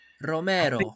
Romero